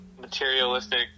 materialistic